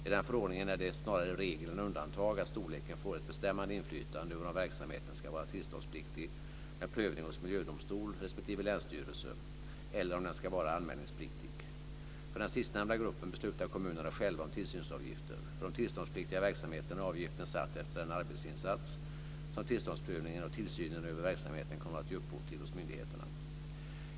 I den förordningen är det snarare regel än undantag att storleken får ett bestämmande inflytande över om verksamheten ska vara tillståndspliktig med prövning hos miljödomstol respektive länsstyrelse eller om den ska vara anmälningspliktig. För den sistnämnda gruppen beslutar kommunerna själva om tillsynsavgifter. För de tillståndspliktiga verksamheterna är avgiften satt efter den arbetsinsats som tillståndsprövningen och tillsynen över verksamheten kommer att ge upphov till hos myndigheterna.